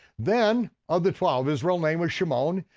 then of the twelve, his real name was shimon,